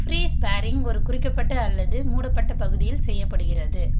free sparring ஒரு குறிக்கப்பட்ட அல்லது மூடப்பட்ட பகுதியில் செய்யப்படுகிறது